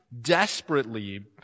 desperately